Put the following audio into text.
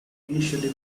initially